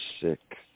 sick